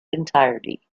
entirety